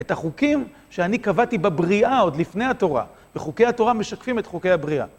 את החוקים שאני קבעתי בבריאה עוד לפני התורה. וחוקי התורה משקפים את חוקי הבריאה.